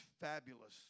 fabulous